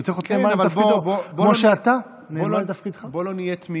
והוא צריך להיות נאמן לו כמו שאתה צריך להיות